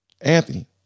Anthony